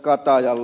katajalle